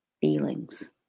feelings